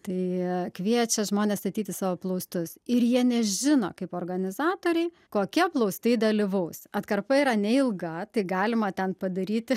tai kviečia žmones statyti savo plaustus ir jie nežino kaip organizatoriai kokie plaustai dalyvaus atkarpa yra neilga tai galima ten padaryti